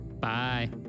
Bye